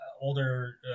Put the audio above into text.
older